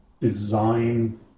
design